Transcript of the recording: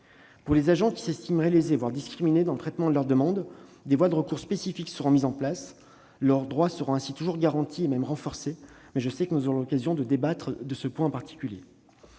Pour les agents qui s'estimeraient lésés, voire discriminés, dans le traitement de leurs demandes, des voies de recours spécifiques seront mises en place. Leurs droits seront ainsi toujours garantis, et même renforcés. Nous aurons l'occasion de débattre de ce point particulier.